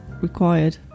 required